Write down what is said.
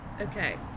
okay